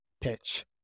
pitch